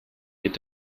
geht